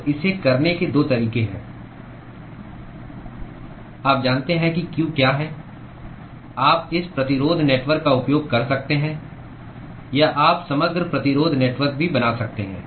तो इसे करने के 2 तरीके हैं आप जानते हैं कि q क्या है आप इस प्रतिरोध नेटवर्क का उपयोग कर सकते हैं या आप समग्र प्रतिरोध नेटवर्क भी बना सकते हैं